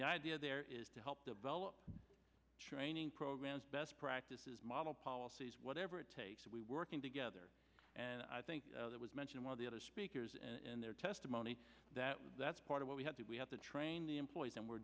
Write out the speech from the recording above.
the idea there is to help develop training programs best practices model policies whatever it takes we working together and i think that was mentioned one of the other speakers and their testimony that was that's part of what we have to do we have to train the employees and we're